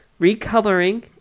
Recoloring